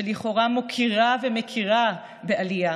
שלכאורה מוקירה עלייה ומכירה בעלייה